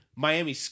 Miami